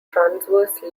transverse